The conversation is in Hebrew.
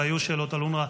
והיו שאלות על אונר"א.